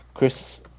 Chris